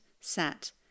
sat